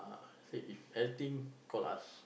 say if anything call us